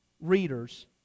readers